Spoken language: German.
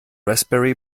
raspberry